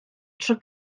tro